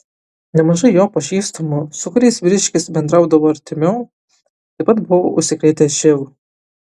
nemažai jo pažįstamų su kuriais vyriškis bendraudavo artimiau taip pat buvo užsikrėtę živ